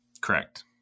Correct